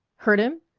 hurt him?